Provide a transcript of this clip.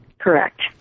Correct